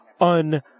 un